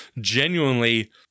genuinely